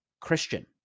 Christian